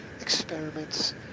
experiments